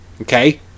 okay